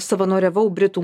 savanoriavau britų